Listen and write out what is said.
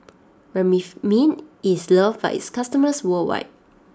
Remifemin is loved by its customers worldwide